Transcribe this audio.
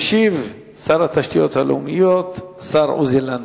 ישיב שר התשתיות הלאומיות, השר עוזי לנדאו.